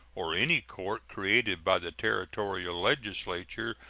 or any court created by the territorial legislature,